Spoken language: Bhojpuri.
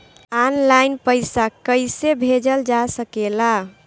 आन लाईन पईसा कईसे भेजल जा सेकला?